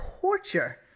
torture